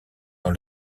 dans